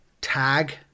Tag